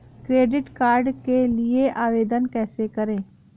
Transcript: Credit card के लिए आवेदन कैसे करें?